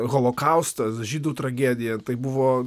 holokaustas žydų tragedija tai buvo